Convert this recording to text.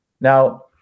Now